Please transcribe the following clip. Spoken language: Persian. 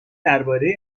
درباره